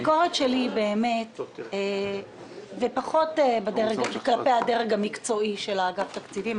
הביקורת שלי היא פחות כלפי הדרג המקצועי של אגף התקציבים,